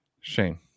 Shane